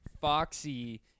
Foxy